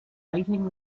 lighting